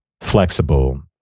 flexible